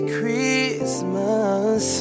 Christmas